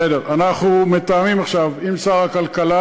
בסדר, אנחנו מתאמים עכשיו עם שר הכלכלה.